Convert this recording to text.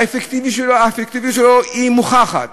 האפקטיביות שלו היא מוכחת.